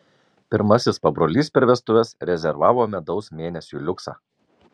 pirmasis pabrolys per vestuves rezervavo medaus mėnesiui liuksą